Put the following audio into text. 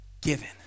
Given